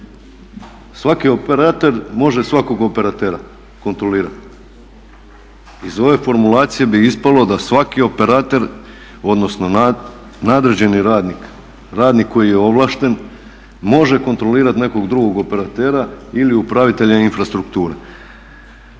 Svaki operater može svakog operatera kontrolirati. Iz ove formulacije bi ispalo da svaki operater, odnosno nadređeni radnik, radnik koji je ovlašten može kontrolirati nekog drugog operatera ili upravitelja infrastrukture.